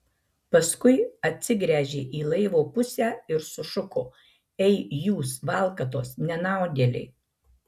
paskui atsigręžė į laivo pusę ir sušuko ei jūs valkatos nenaudėliai